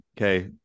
Okay